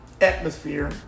atmosphere